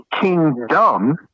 kingdom